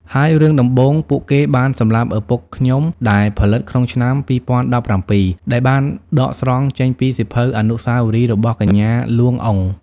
ហើយរឿងដំបូងពួកគេបានសម្លាប់ឪពុកខ្ញុំដែលផលិតក្នុងឆ្នាំ 2017 ដែលបានដកស្រង់ចេញពីសៀវភៅអនុស្សាវរីយ៍របស់កញ្ញា លួង អ៊ុង។